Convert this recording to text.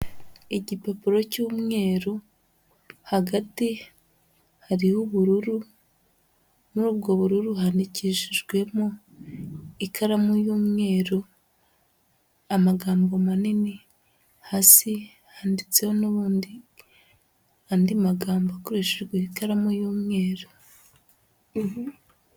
Igipapuro cy'umweru hagati hariho ubururu, muri ubwo bururu handikishijwemo ikaramu y'umweru amagambo manini, hasi handitseho n'ubundi andi magambo akoreshejwe ikaramu y'umweru.